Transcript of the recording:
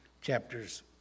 chapters